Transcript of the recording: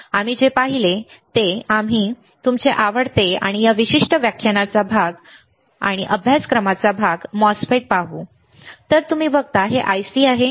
आम्ही जे पाहिले ते आम्ही तुमचे आवडते आणि या विशिष्ट व्याख्यानाचा भाग आणि या विशिष्ट अभ्यासक्रमाचा भाग MOSFET पाहू तर तुम्ही बघता हे IC आहे